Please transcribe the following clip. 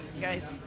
Guys